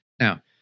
Now